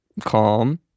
Calm